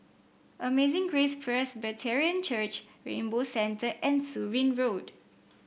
Amazing Grace Presbyterian Church Rainbow Center and Surin Road